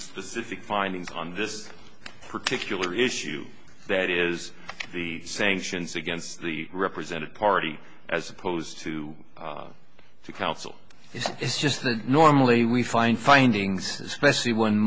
specific findings on this particular issue that is the sanctions against the represented party as opposed to the council it's just that normally we find findings especially when